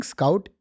Scout